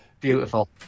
beautiful